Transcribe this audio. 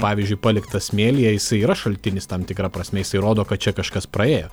pavyzdžiui paliktas smėlyje jisai yra šaltinis tam tikra prasme jisai rodo kad čia kažkas praėjo